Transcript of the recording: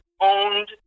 owned